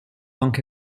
anche